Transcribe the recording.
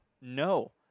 No